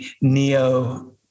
neo